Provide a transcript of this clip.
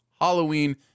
Halloween